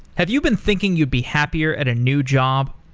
have you been thinking you'd be happier at a new job?